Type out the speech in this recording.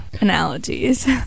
analogies